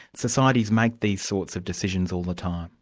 societies make these sorts of decisions all the time.